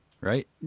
right